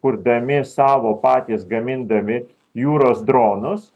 kurdami savo patys gamindami jūros dronus